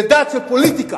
זה דעת של פוליטיקה,